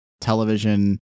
television